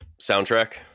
soundtrack